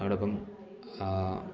അതോടൊപ്പം